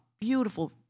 beautiful